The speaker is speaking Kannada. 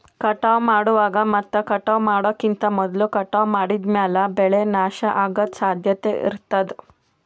ಕಟಾವ್ ಮಾಡುವಾಗ್ ಮತ್ ಕಟಾವ್ ಮಾಡೋಕಿಂತ್ ಮೊದ್ಲ ಕಟಾವ್ ಮಾಡಿದ್ಮ್ಯಾಲ್ ಬೆಳೆ ನಾಶ ಅಗದ್ ಸಾಧ್ಯತೆ ಇರತಾದ್